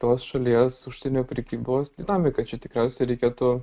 tos šalies užsienio prekybos dinamiką čia tikriausiai reikėtų